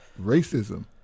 racism